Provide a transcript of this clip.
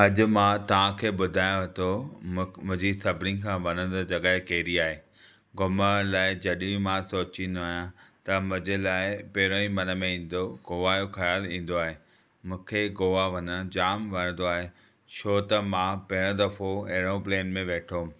अॼु मां तव्हां खे ॿुधायांव तो मुक मुंहिंजी सभिनी खां वणंदड़ जॻे कहिड़ी आहे घुमण लाइ जॾहिं मां सोचींदो आहियां त मुंहिंजे लाइ पहिरियों ई मन में ईंदो गोआ जो ख़्यालु ईंदो आहे मूंखे गोआ वञणु जाम वणंदो आहे छो त मां पहिरियों दफ़ो एरोप्लेन में वेठमि